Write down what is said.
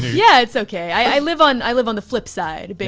yeah, it's okay. i live on, i live on the flip side, but